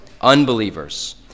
unbelievers